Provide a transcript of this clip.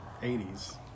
80s